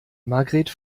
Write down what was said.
margret